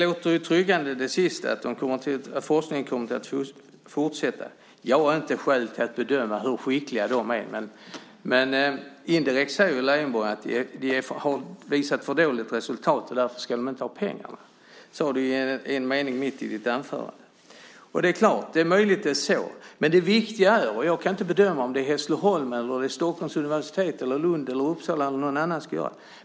Fru talman! Det sista låter betryggande - att forskningen kommer att fortsätta. Jag kan inte bedöma hur skickliga forskarna är, men indirekt säger Lars Leijonborg att de har visat för dåligt resultat och därför inte ska ha pengarna. Det sade han i en mening mitt i anförandet. Det är klart att det är möjligt att det är så. Jag kan inte bedöma om forskningen bör bedrivas i Hässleholm, vid Stockholms universitet, i Lund eller Uppsala eller någon annanstans.